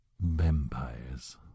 vampires